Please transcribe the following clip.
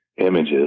images